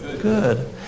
good